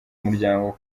umuryango